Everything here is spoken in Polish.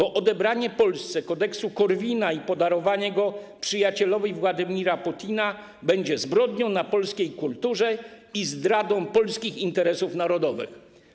Odebranie Polsce Kodeksu Korwina i podarowanie do przyjacielowi Władimira Putina będzie zbrodnią na polskiej kulturze i zdradą polskich interesów narodowych.